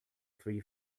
three